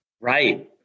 Right